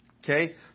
Okay